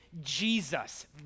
Jesus